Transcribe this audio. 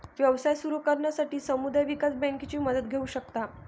व्यवसाय सुरू करण्यासाठी समुदाय विकास बँकेची मदत घेऊ शकता